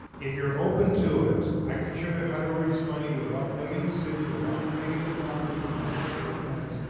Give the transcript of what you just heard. if you're open to it, i can show you how to raise money without begging the city, without begging the province, without begging the feds.